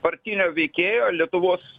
partinio veikėjo lietuvos